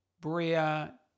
Bria